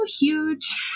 huge